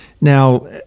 Now